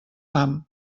fam